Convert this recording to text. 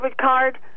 card